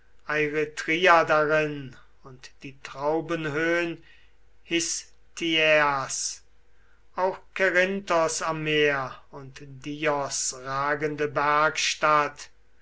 darin und die traubenhöhn histiäas auch kerinthos am meer und dios ragende